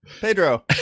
Pedro